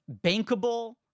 bankable